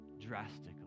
drastically